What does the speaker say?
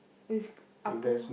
with Appu